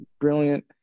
brilliant